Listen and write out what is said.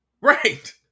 Right